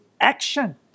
action